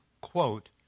quote